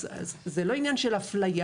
אז זה לא עניין של אפליה.